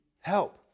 help